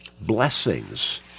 blessings